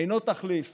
אינו תחליף